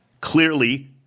clearly